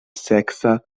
seksa